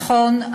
נכון,